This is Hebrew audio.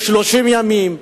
ב-30 ימים,